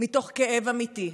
מתוך כאב אמיתי.